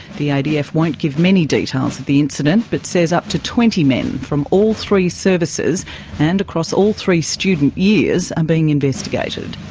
the adf won't give many details of the incident but says up to twenty men from all three services and across all three student years are being investigated.